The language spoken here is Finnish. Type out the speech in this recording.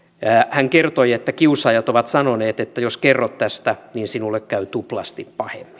hän kertoi että kiusaajat ovat sanoneet että jos kerrot tästä niin sinulle käy tuplasti pahemmin